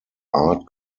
art